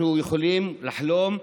אנחנו יכולים לחלום,